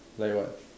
like what